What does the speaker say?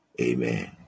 Amen